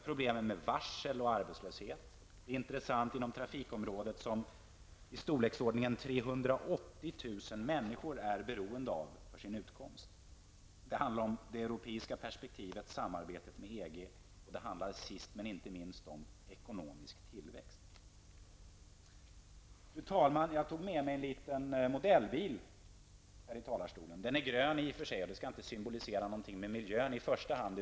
Problemet med varsel och arbetslöshet är intressant inom trafikområdet, som i storleksordningen 380 000 människor är beroende av för sin utkomst. Det handlar om det europeiska perspektivet, samarbetet med EG, och det handlar sist men inte minst om ekonomisk tillväxt. Fru talman! Jag tog med mig en liten modellbil här i talarstolen. Den är grön, men det skall inte symbolisera någonting med miljön i första hand.